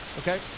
okay